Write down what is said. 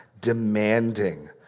demanding